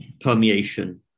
permeation